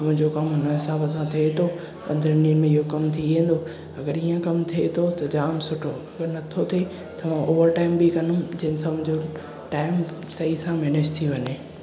मुंहिंजो कमु हुन हिसाब सा थिए तो पंद्रहनि ॾींहनि में इहो कमु थी वेंदो अगर इएं कमु थिए तो त जाम सुठो पर नथो थे त ओवरु टाइम बि कंदुमि जंहिं मुंहिंजो टाइम सही सां मैनेज थी वञे